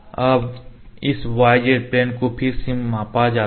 अब इस yz plane को फिर से मापा जाता है